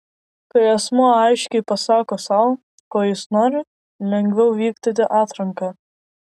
kai asmuo aiškiai pasako sau ko jis nori lengviau vykdyti atranką